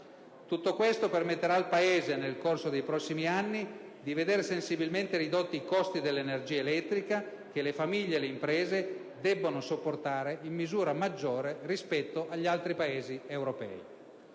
Tutto questo permetterà al Paese nel corso dei prossimi anni di vedere sensibilmente ridotti i costi dell'energia elettrica che le famiglie e le imprese devono sopportare in misura maggiore rispetto agli altri Paesi europei.